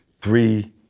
three